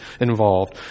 involved